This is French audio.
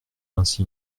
ainsi